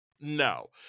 no